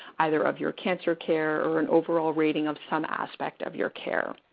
either of your cancer care, or an overall rating of some aspect of your care.